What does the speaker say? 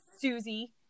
Susie